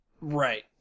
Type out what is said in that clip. Right